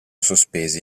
sospesi